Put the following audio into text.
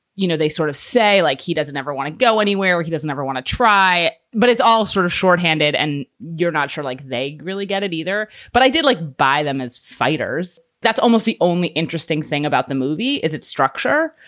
you know, they sort of say like he doesn't ever want to go anywhere where he doesn't ever want to try. but it's all sort of shorthanded and you're not sure like they really get it either. but i did, like, buy them as fighters. that's almost the only interesting thing about the movie is its structure.